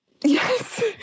Yes